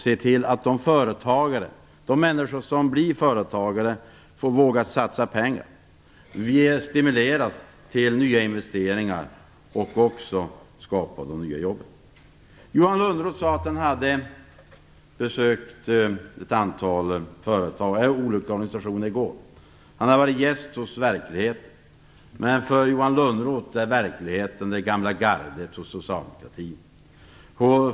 Vi måste se till att de människor som blir företagare vågar satsa pengar och att de stimuleras till nyinvesteringar och till att skapa nya jobb. Johan Lönnroth sade att han i går hade besökt ett antal olika organisationer. Han har varit gäst hos verkligheten. För Johan Lönnroth är verkligheten det gamla gardet hos socialdemokraterna.